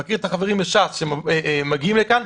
אני מכיר את החברים מש"ס שמגיעים לכאן,